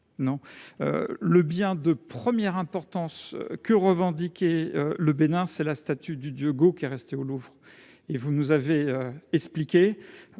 le bien de première importance que revendiquait le Bénin est la statue du dieu Gou, qui est restée au Louvre. Vous nous avez expliqué,